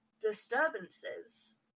disturbances